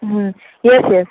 hmm yes yes